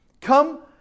Come